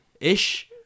ish